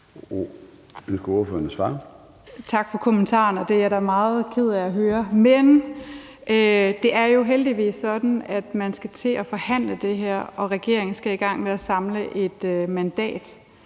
Tak for kommentaren. Det er jeg da meget ked af at høre, men det er jo heldigvis sådan, at man skal til at forhandle det her og regeringen skal i gang med at samle et mandat.